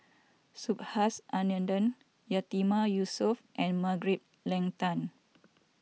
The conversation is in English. Subhas Anandan Yatiman Yusof and Margaret Leng Tan